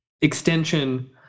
Extension